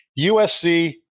USC